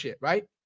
right